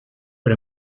but